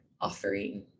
offering